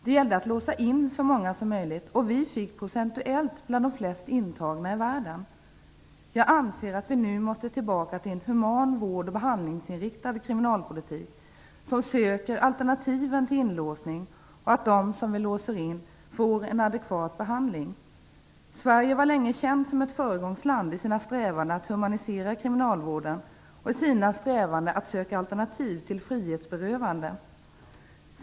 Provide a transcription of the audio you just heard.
Det gällde att låsa in så många som möjligt, och Sverige blev ett av de länder i världen som procentuellt sett har flest intagna. Jag anser att vi nu måste gå tillbaka till en human vård och behandlingsinriktad kriminalpolitik, som söker alternativ till inlåsning, och att de som vi låser in får en adekvat behandling. Sverige var länge känt som ett föregångsland i sina strävanden att humanisera kriminalvården och i sina strävanden att söka alternativ till frihetsberövande.